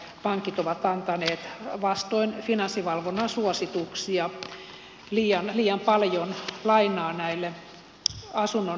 pankit ovat antaneet vastoin finanssivalvonnan suosituksia liian paljon lainaa näille asunnonhankkijoille